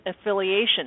affiliation